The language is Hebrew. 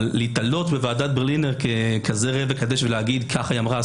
אבל להיתלות בוועדת ברלינר ככזה ראה וקדש ולהגיד: ככה היא אמרה,